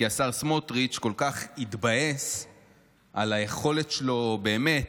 כי השר סמוטריץ' כל כך התבאס על היכולת שלו, באמת,